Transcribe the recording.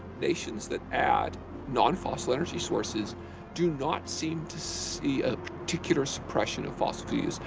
nations that add non-fossil energy sources do not seem to see a particular suppression of fossil fuels.